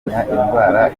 indwara